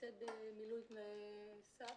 נמצאת במילוי תנאי סף.